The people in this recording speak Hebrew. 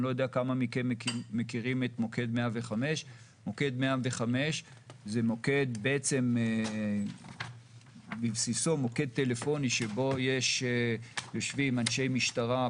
אני לא יודע כמה מכם מכירים את מוקד 105. בבסיסו זה מוקד טלפוני שבו יושבים אנשי משטרה,